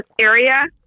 area